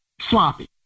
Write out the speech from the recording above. sloppy